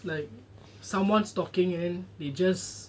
like someone's talking and they just